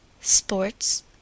sports